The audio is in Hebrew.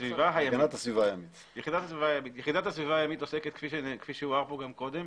היחידה להגנה על הסביבה הימית עוסקת כפי שהוער פה גם קודם